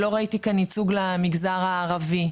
לא ראיתי כאן ייצוג למגזר הערבי,